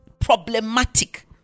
problematic